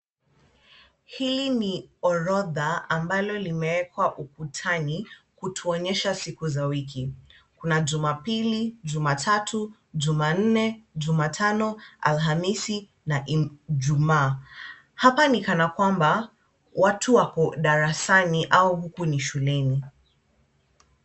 Hii ni orodha ambalo limewekwa ukutani kutuonyesha siku za wiki. Kuna Jumapili, Jumatatu, Jumanne, Alhamisi na Ijumaa. Hapa ni kana kwamba watu wako darasani au huku ni shuleni.